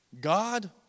God